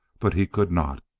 but he could not.